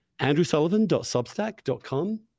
andrewsullivan.substack.com